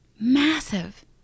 Massive